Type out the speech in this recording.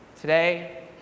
today